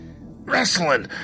Wrestling